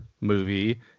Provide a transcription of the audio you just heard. movie